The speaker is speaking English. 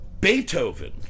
Beethoven